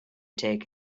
take